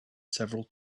several